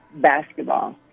basketball